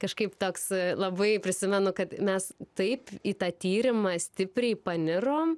kažkaip toks labai prisimenu kad mes taip į tą tyrimą stipriai panirom